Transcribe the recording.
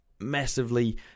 massively